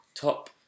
Top